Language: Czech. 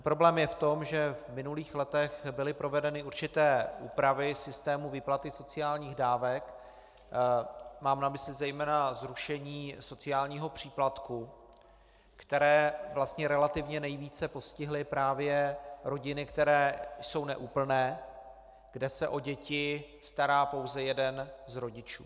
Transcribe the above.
Problém je v tom, že v minulých letech byly provedeny určité úpravy systému výplaty sociálních dávek, mám na mysli zejména zrušení sociálního příplatku, které vlastně relativně nejvíce postihly právě rodiny, které jsou neúplné, kde se o děti stará pouze jeden z rodičů.